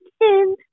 again